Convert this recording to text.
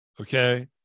okay